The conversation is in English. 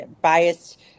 biased